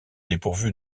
dépourvu